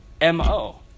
MO